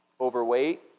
overweight